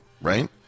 right